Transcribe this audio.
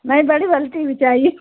नहीं बड़ी बाली टी भी चाहिए